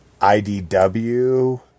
idw